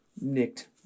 nicked